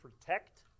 protect